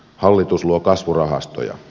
hallitus luo kasvurahastoja